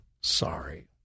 sorry